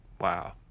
Wow